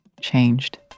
changed